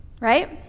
right